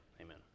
amen